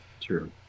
True